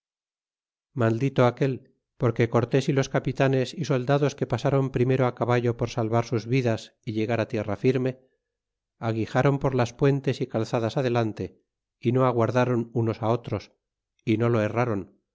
maldito aquel porque cortés y los capitanes y soldados que pasron primero á caballo por salvar sus vidas y llegará tierra firme aguijron por las puentes y calzadas adelante y no aguardron unos otros y no lo errron